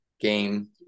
game